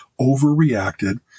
overreacted